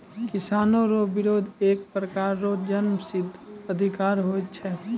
किसानो रो बिरोध एक प्रकार रो जन्मसिद्ध अधिकार छै